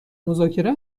مذاکره